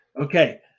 Okay